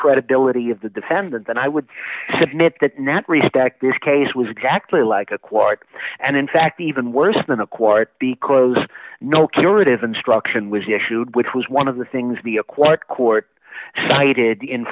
credibility of the defendant then i would submit that not respect this case was exactly like a quart and in fact even worse than a quart because no curative instruction was issued which was one of the things the acquired court cited